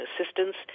assistance